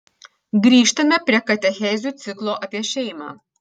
grįžtame prie katechezių ciklo apie šeimą